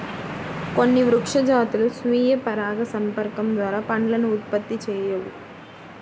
కొన్ని వృక్ష జాతులు స్వీయ పరాగసంపర్కం ద్వారా పండ్లను ఉత్పత్తి చేయవు